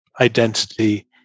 identity